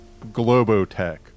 Globotech